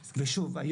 ושוב,